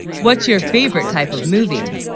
what's your favorite type of movie?